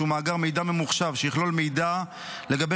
שהוא מאגר מידע ממוחשב שיכלול מידע לגבי